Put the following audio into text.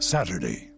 Saturday